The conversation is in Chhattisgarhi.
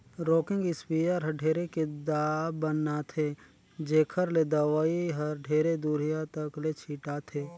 रॉकिंग इस्पेयर हर ढेरे के दाब बनाथे जेखर ले दवई हर ढेरे दुरिहा तक ले छिटाथे